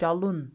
چلُن